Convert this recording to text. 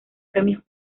premios